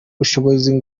biteze